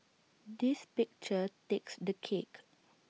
this picture takes the cake